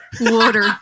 Water